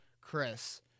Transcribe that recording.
Chris